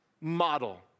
model